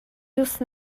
دوست